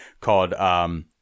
called –